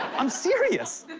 i'm serious.